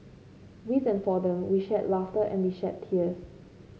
with and for them we shared laughter and we shed tears